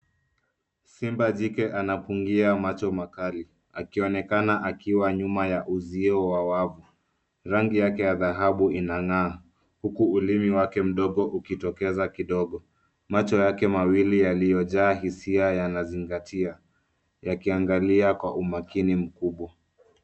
Simba jike anapungia macho makali anaonekana akiwa nyuma ya uzio wavu rangi yake ya dhahabu inangaa huku ulimi wake mdogo ukitokeza kidogo macho yake mawili yaliojaa hisia yanazingatia yakiangalia kwa umakini mkubwa.